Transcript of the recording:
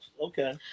okay